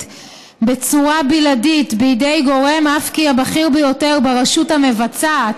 בצורה בלעדית בידי גורם ברשות ה מבצעת,